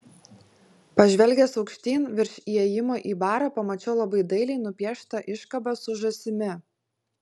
pažvelgęs aukštyn virš įėjimo į barą pamačiau labai dailiai nupieštą iškabą su žąsimi